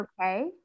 okay